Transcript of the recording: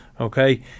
Okay